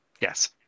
Yes